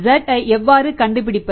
z ஐ எவ்வாறு கண்டுபிடிப்பது